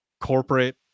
corporate